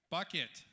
Bucket